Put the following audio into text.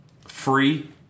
free